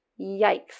Yikes